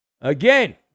Again